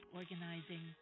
organizing